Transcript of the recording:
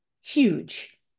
huge